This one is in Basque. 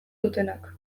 dutenak